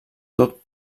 tot